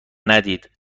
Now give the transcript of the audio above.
ندید